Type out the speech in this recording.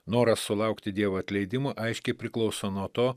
noras sulaukti dievo atleidimo aiškiai priklauso nuo to